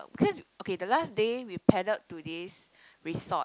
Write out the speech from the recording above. because okay the last day we paddled to this resort